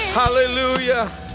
hallelujah